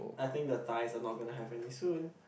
I think the Thais are not gonna have any soon